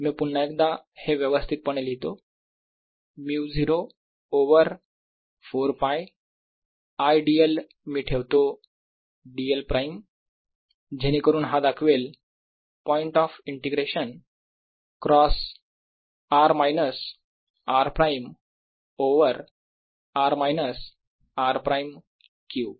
मी पुन्हा एकदा हे व्यवस्थितपणे लिहितो μ0 ओवर 4π I dl मी ठेवतो dl प्राईम जेणेकरून हा दाखवेल point of integration cross r minus r prime over r minus r prime cube